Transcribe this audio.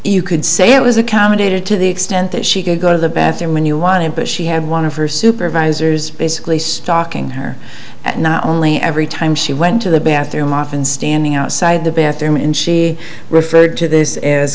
you could say it was a commentator to the extent that she could go to the bathroom when you want to but she had one of her supervisors basically stocking her at not only every time she went to the bathroom often standing outside the bathroom and she referred to this as